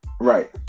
right